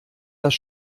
das